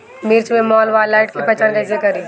मिर्च मे माईटब्लाइट के पहचान कैसे करे?